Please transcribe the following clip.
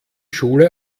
schule